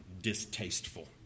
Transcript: distasteful